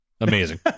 amazing